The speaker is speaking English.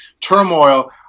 turmoil